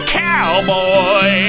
cowboy